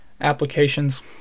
applications